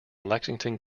lexington